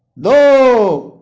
दो